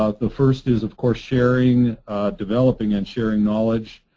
ah the first is, of course, sharing developing and sharing knowledge.